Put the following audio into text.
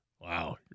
Wow